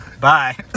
Bye